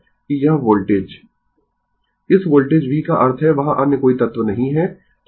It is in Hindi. Refer Slide Time 0853 इस वोल्टेज v का अर्थ है वहाँ अन्य कोई तत्व नहीं है